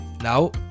Now